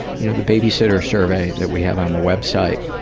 you know, the babysitter survey that we have on the website,